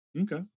Okay